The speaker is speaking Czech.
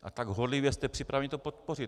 A tak horlivě jste připraveni to podpořit.